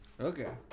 Okay